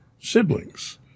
siblings